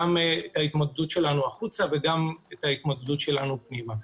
גם את ההתמודדות שלנו החוצה וגם ההתמודדות שלנו פנימה.